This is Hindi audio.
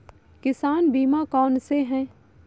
किसान बीमा कौनसे हैं?